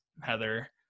Heather